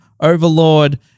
overlord